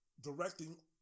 directing